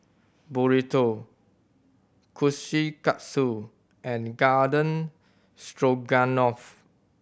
Burrito Kushikatsu and Garden Stroganoff